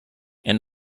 and